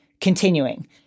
continuing